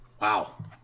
Wow